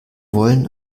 wollen